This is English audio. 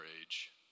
age